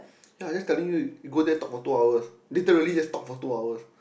ya just telling you you go there talk for two hours literally just talk for two hours